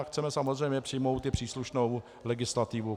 Chceme samozřejmě k tomu přijmout i příslušnou legislativu.